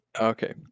Okay